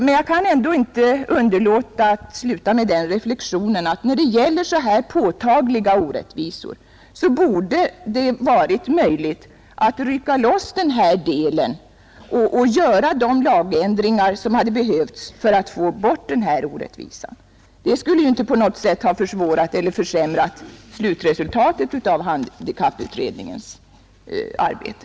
Men jag kan inte underlåta att sluta med den reflexionen att när det gäller så påtagliga orättvisar som denna borde det varit möjligt att rycka loss denna del och göra de lagändringar som hade behövts. Det skulle inte på något sätt ha försvårat eller försämrat slutresultatet av handikapputredningens arbete.